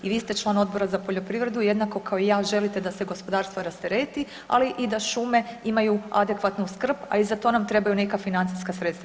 I vi ste član Odbora za poljoprivredu i jednako kao i ja želite da se gospodarstvo rastereti, ali i da šume imaju adekvatnu skrb, a i za to nam trebaju neka financijska sredstva.